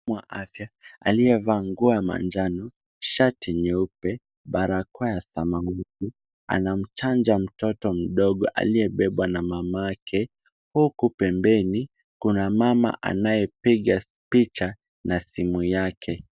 Mpimwa wa afya aliye vaa nguo ya manjano, shati nyeupe, barakoa ya samawati anamchanja mtoto mdogo aliyebeba na mamake huku pembeni kuna mama anaye piga pacha na simu yake.